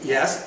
Yes